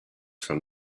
from